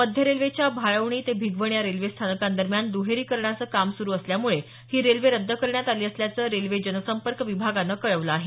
मध्य रेल्वेच्या भाळवणी ते भिगवण या रेल्वे स्थानकांदरम्यान दहेरीकरणचे काम सुरु असल्यामुळे ही रेल्वे रद्द करण्यात आली असल्याचं रेल्वे जनसंपर्क विभागानं कळवलं आहे